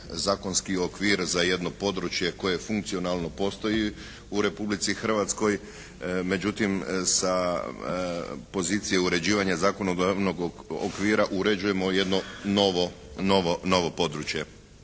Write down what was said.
zakonski okvir za jedno područje koje funkcionalno postoji u Republici Hrvatskoj, međutim sa pozicije uređivanja zakonodavnog okvira uređujemo jedno novo područje.